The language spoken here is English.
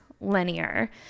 linear